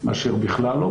מאשר בכלל לא.